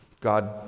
God